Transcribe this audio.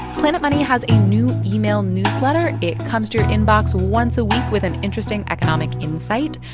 planet money has a new email newsletter. it comes to your inbox once a week with an interesting economic insight.